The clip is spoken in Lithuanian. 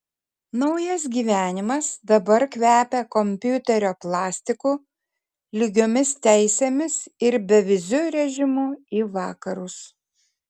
naujas gyvenimas dabar kvepia kompiuterio plastiku lygiomis teisėmis ir beviziu režimu į vakarus